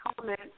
comment